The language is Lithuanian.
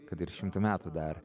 kad ir šimtui metų dar